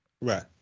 Right